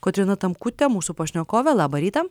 kotryna tamkutė mūsų pašnekovė labą rytą